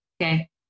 Okay